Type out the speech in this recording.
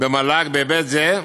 במל"ג בהיבט זה,